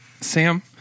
Sam